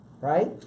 right